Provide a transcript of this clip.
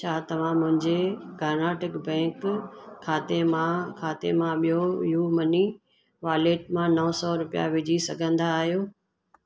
छा तव्हां मुंहिंजे कर्नाटक बैंक खाते मां खाते मां प्यू यू मनी वॉलेट मां नवं सौ रुपिया विझी सघंदा आहियो